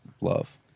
love